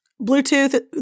Bluetooth